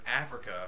Africa